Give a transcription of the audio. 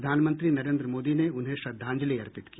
प्रधानमंत्री नरेन्द्र मोदी ने उन्हें श्रद्वांजलि अर्पित की